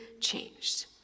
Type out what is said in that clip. changed